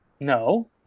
No